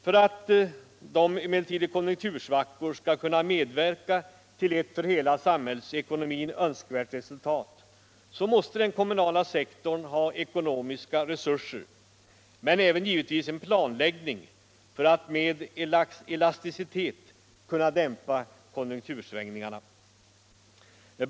För att de emellertid i konjunktursvackor skall kunna medverka till ett för hela samhällsekonomin önskvärt resultat måste den kommunala sektorn ha ekonomiska resurser, men givetvis även en planläggning för att med elasticitet kunna dämpa konjunktursvängningarna.